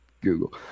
Google